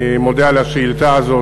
אני מודה על השאילתה הזאת,